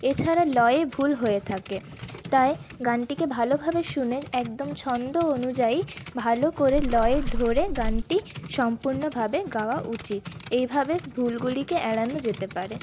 এছাড়া লয়ে ভুল হয়ে থাকে তাই গানটিকে ভালোভাবে শুনে একদম ছন্দ অনুযায়ী ভালো করে লয়ে ধরে গানটি সম্পূর্ণভাবে গাওয়া উচিত এভাবে ভুলগুলিকে এড়ানো যেতে পারে